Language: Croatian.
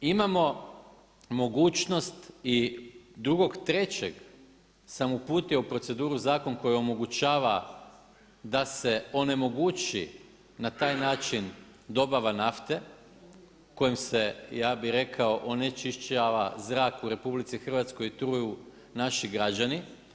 Imamo mogućnost i drugog, trećeg sam uputio u proceduru zakon koji omogućava da se onemogući na taj način dobava nafte kojim se ja bih rekao onečišćava zrak u Republici Hrvatskoj truju naši građani.